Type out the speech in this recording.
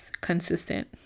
consistent